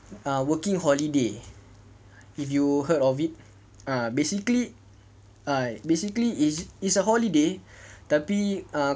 a working holiday if you heard of it ah basically I basically it's it's a holiday tapi ah